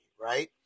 right